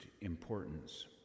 importance